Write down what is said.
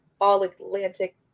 All-Atlantic